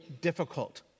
difficult